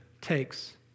takes